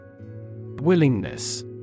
Willingness